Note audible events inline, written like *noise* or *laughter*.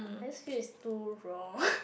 I just feel it's too raw *breath*